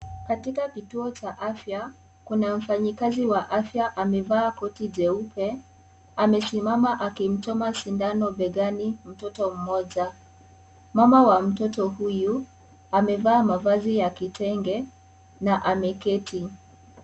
Katika kituo cha afya kuna mfanyikazi wa afya amevaa koti jeupe, amesimama akimchoma sindano begani mtoto mmoja, mama wa mtoto huyu amevaa mavazi ya kitenge na ameketi.